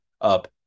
up